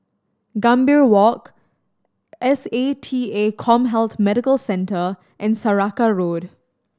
Gambir Walk S A T A CommHealth Medical Centre and Saraca Road